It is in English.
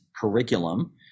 curriculum